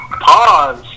pause